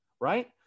Right